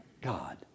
God